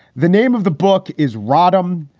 the name of the book is rodham.